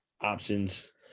options